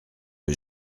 que